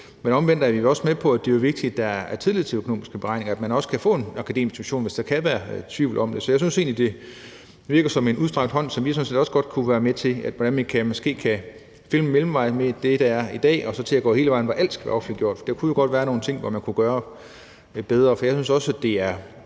Men omvendt er vi også med på, at det er vigtigt, at der er tillid til de økonomiske beregninger, og at man også kan få en akademisk diskussion, hvis der kan være tvivl om dem. Så jeg synes egentlig, det virker som en udstrakt hånd, og vi kunne sådan set også godt være med til måske at finde en mellemvej mellem det, der er i dag, og at gå hele vejen, hvor alt skal offentliggøres. Der kunne jo godt være nogle områder, hvor man kunne gøre det lidt bedre. Jeg synes også, det ville